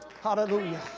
Hallelujah